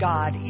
God